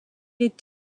est